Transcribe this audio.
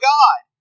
God